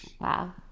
Wow